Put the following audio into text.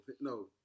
No